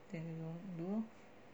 then you don't do lor